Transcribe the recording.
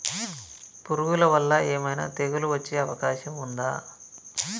పురుగుల వల్ల ఏమైనా తెగులు వచ్చే అవకాశం ఉందా?